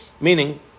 Meaning